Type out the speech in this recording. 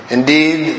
Indeed